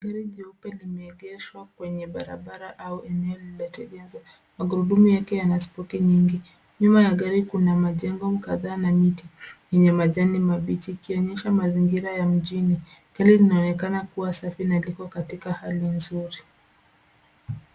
Gari jeupe limeegeshwa kwenye barabara au eneo lililotengenezwa, magurudumu yake yana spoti nyingi. Nyuma ya gari kuna majengo kadhaa na miti yenye majani mabichi ikionyesha mazingira ya mjini. Gari linaonekana kuwa safi na liko katika hali nzuri.